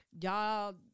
y'all